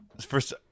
First